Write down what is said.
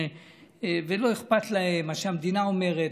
ולא אכפת להם מה שהמדינה אומרת,